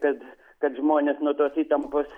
kad kad žmonės nuo tos įtampos